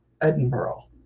Edinburgh